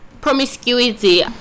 promiscuity